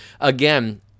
again